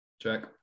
Check